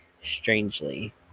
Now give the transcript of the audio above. strangely